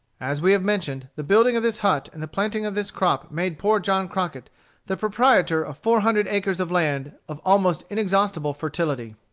as we have mentioned, the building of this hut and the planting of this crop made poor john crockett the proprietor of four hundred acres of land of almost inexhaustible fertility.